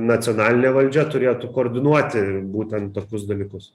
nacionalinė valdžia turėtų koordinuoti būtent tokius dalykus